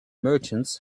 merchants